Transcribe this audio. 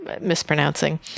mispronouncing